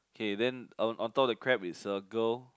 okay then on on top the crab is circle